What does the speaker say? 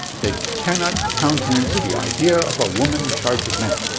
they cannot countenance the idea of a women in charge of men.